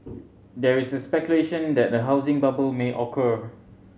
there is speculation that a housing bubble may occur